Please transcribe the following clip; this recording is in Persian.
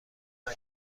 کال